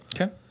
Okay